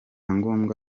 ngombwa